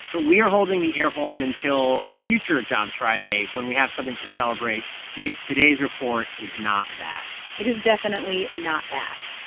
but we are holding the air horn until a future jobs friday when we have something to celebrate because today's report is not that it is definitely not that.